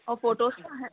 और फ़ोटोज़ का है